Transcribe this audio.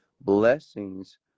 blessings